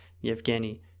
Yevgeny